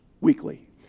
weekly